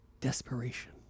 Desperation